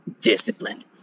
Discipline